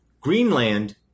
Greenland